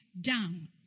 down